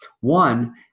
One